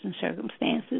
circumstances